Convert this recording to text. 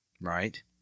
right